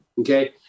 okay